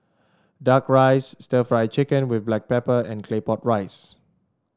duck rice stir Fry Chicken with Black Pepper and Claypot Rice